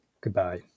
Goodbye